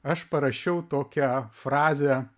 aš parašiau tokią frazę